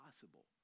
possible